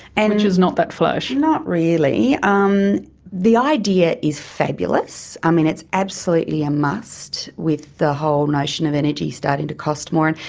and which is not that flash. not really. um the idea is fabulous, i mean it's absolutely a must, with the whole nation of energy starting to cost more. and